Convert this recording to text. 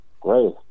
Great